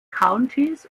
countys